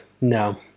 no